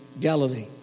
Galilee